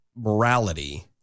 morality